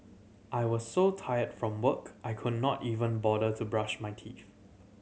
I was so tired from work I could not even bother to brush my teeth